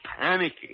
Panicky